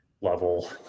level